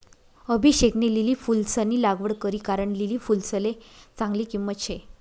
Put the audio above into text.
अभिषेकनी लिली फुलंसनी लागवड करी कारण लिली फुलसले चांगली किंमत शे